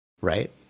right